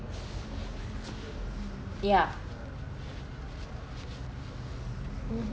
ya mmhmm